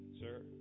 sir